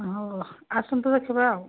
ହଉ ଆଉ ଆସନ୍ତୁ ଦେଖିବେ ଆଉ